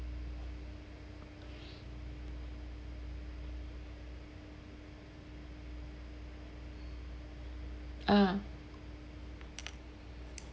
ah